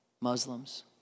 Muslims